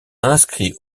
inscrit